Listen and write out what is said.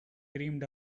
dreamed